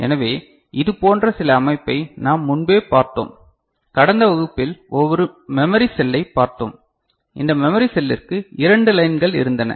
எனவே இதுபோன்ற சில அமைப்பை நாம் முன்பே பார்த்தோம் கடந்த வகுப்பில் ஒரு மெமரி செல்லை பார்த்தோம் இந்த மெமரி செல்லிற்கு 2 லைன்கள் இருந்தன